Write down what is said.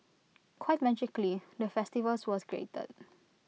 quite magically the festivals was created